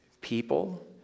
people